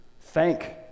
thank